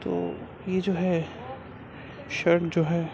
تو یہ جو ہے شرٹ جو ہے